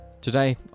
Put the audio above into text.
Today